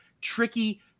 tricky